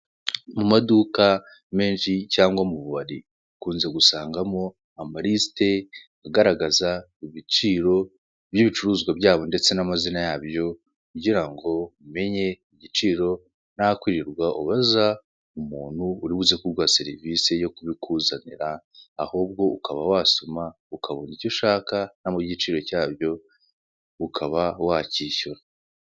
Mu maduka menshi cyangwa mu bubari ukunze gusangamo amalisite agaragaza ibiciro by'ibicuruzwa byabo ndetse n'amazina yabyo, kugira ngo umenye igiciro ntakwirirwa ubaza umuntu uri buze kuguha serivise yo kubikuzanira ahubwo ukaba wasoma ukabona icyo ushaka hariho n'igiciro cyabyo ukunze ukaba wakishyura.